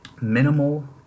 minimal